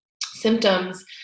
symptoms